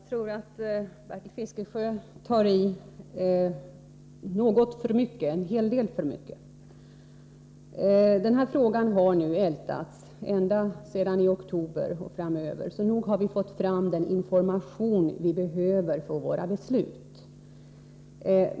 Fru talman! Jag tror att Bertil Fiskesjö tar i alldeles för mycket. Frågan har nu ältats ända sedan i oktober, så nog har vi fått fram den information som vi behöver för våra beslut.